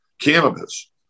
cannabis